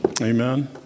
Amen